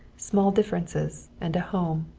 small differences and a home.